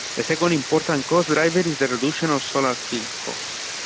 the second important cost driver is the reduction of solar field cost.